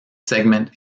segment